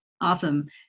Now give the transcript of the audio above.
Awesome